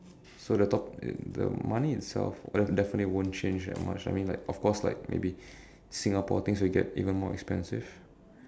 so the topic the money itself definitely won't change that much I mean like of course like maybe Singapore things will get even more expensive